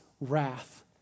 wrath